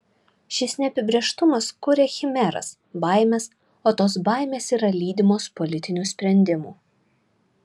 šis neapibrėžtumas kuria chimeras baimes o tos baimės yra lydimos politinių sprendimų